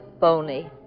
phony